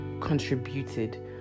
contributed